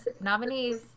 nominees